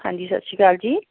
ਹਾਂਜੀ ਸਤਿ ਸ਼੍ਰੀ ਅਕਾਲ ਜੀ